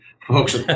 Folks